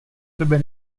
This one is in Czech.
tebe